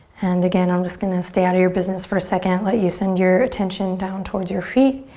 and again, i'm just gonna stay out of your business for a second. let you send your attention down towards your feet.